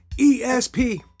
ESP